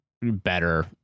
better